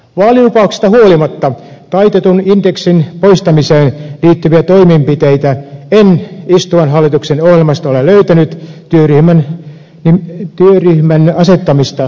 vaalilupauksista huolimatta taitetun indeksin poistamiseen liittyviä toimenpiteitä en istuvan hallituksen ohjelmasta ole löytänyt työryhmän asettamista lukuun ottamatta